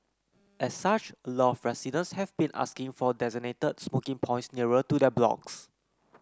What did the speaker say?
as such a lot of residents have been asking for designated smoking points nearer to their blocks